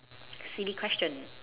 silly question